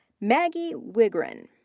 maggie wigren.